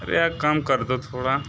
अरे यार कम कर दो थोड़ा